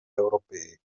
europee